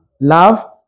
love